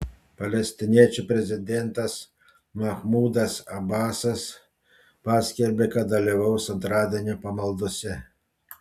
palestiniečių prezidentas mahmudas abasas paskelbė kad dalyvaus antradienio pamaldose